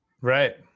Right